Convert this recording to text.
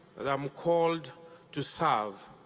that i'm called to serve.